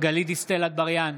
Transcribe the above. גלית דיסטל אטבריאן,